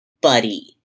buddy